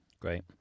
Great